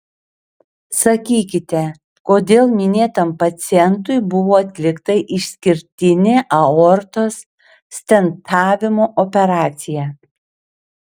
sakykite kodėl minėtam pacientui buvo atlikta išskirtinė aortos stentavimo operacija